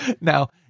Now